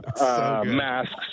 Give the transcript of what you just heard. masks